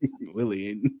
Willie